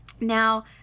Now